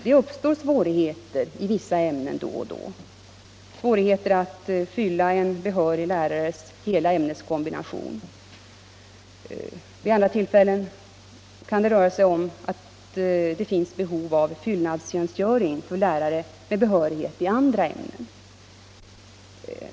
Det uppstår då och då svårigheter i vissa ämnen, t.ex. svårigheter att fylla en behörig lärares hela ämneskombination. Vid andra tillfällen kan det finnas behov av fyllnadstjänstgöring för lärare med behörighet i andra ämnen.